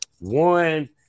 one